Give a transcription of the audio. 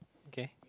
okay